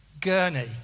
Gurney